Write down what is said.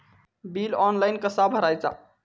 Bill online कसा भरायचा?